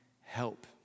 help